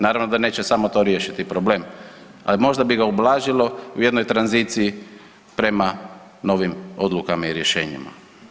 Naravno da neće samo to riješiti problem, a možda bi ga ublažilo u jednoj tranziciji prema novim odlukama i rješenjima.